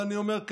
אני אומר: